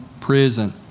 prison